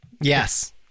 Yes